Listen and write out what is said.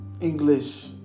English